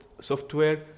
software